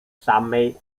samej